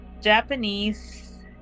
Japanese